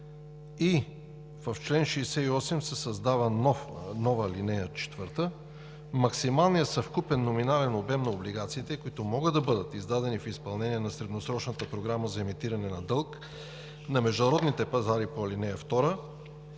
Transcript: и в чл. 68 се създава нова ал. 4: „Максималният съвкупен номинален обем на облигациите, които могат да бъдат издадени в изпълнение на средносрочната програма за емитиране на дълг на международните пазари по ал. 2,